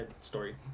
story